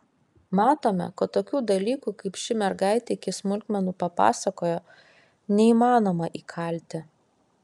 matome kad tokių dalykų kaip ši mergaitė iki smulkmenų papasakojo neįmanoma įkalti